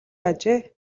ажээ